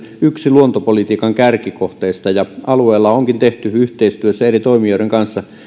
yksi nykyhallituksen luontopolitiikan kärkikohteista ja alueella onkin tehty yhteistyössä eri toimijoiden kanssa